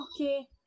Okay